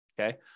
okay